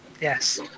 Yes